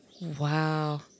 wow